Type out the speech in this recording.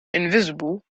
invisible